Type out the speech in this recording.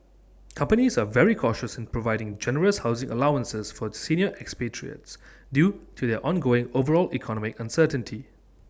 companies are very cautious in providing generous housing allowances for senior expatriates due to the ongoing overall economic uncertainty